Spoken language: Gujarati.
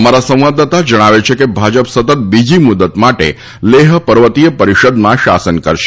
અમારા સંવાદદાતા જણાવે છે કે ભાજપ સતત બીજી મુદ્દત માટે લેહ પર્વતીય પરિષદમાં શાસન કરશે